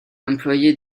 employée